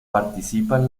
participan